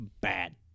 bad